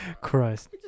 Christ